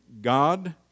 God